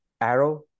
arrow